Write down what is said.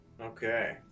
Okay